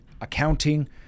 accounting